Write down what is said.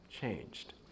changed